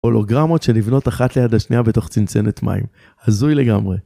הולוגרמות שנבנות אחת ליד השנייה בתוך צנצנת מים. הזוי לגמרי.